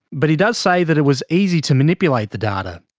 but he does say that it was easy to manipulate the data.